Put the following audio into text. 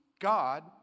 God